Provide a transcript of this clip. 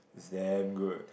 is damn good